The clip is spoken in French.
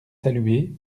saluer